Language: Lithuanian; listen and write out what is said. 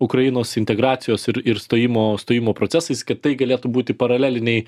ukrainos integracijos ir ir stojimo stojimo procesais kad tai galėtų būti paraleliniai